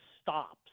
stops